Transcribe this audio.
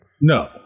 no